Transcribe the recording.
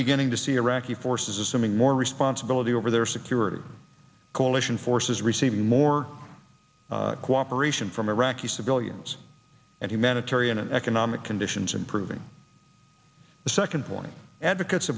beginning to see iraqi forces assuming more responsibility over their security coalition forces receiving more cooperation from iraqi civilians and humanitarian and economic conditions and proving the second point advocates